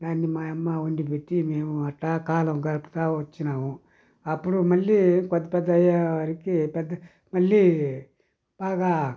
దాన్ని మా అమ్మ వండిపెట్టి మేము అట్టా కాలం గడుపుతూ వచ్చినాము అప్పుడు మళ్ళీ కొంత పెద్ద అయ్యేవరకు పెద్ద మళ్లీ బాగా